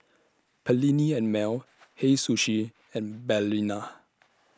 Perllini and Mel Hei Sushi and Balina